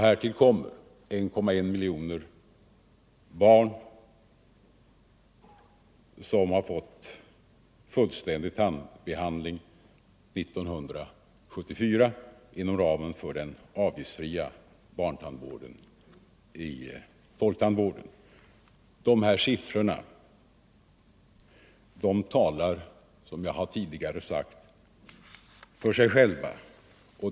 Härtill kommer 1,1 miljoner barn som 1974 fått fullständig tandbehandling inom ramen för den avgiftsfria barntandvården inom folktandvården. Dessa siffror talar, som jag tidigare sagt, för sig själva.